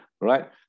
Right